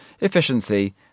efficiency